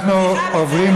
מודה ועוזב ירוחם, בצלאל.